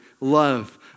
love